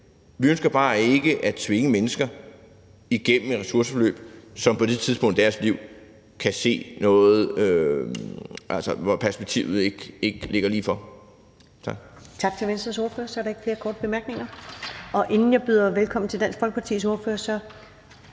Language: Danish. Vi ønsker bare ikke at tvinge mennesker igennem et ressourceforløb, hvor perspektivet på det tidspunkt i deres liv ikke ligger lige for.